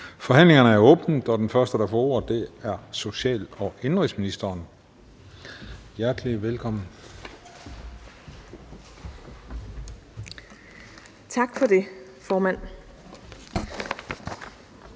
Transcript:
Forhandlingen er åbnet, og den første, der får ordet, er social- og indenrigsministeren. Hjertelig velkommen. Kl. 19:48 Social-